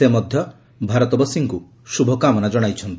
ସେ ମଧ୍ୟ ଭାରତବାସୀଙ୍କୁ ଶୁଭକାମନା ଜଣାଇଛନ୍ତି